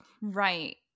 Right